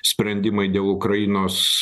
sprendimai dėl ukrainos